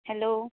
hello